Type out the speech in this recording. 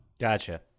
Gotcha